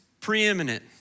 preeminent